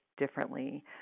differently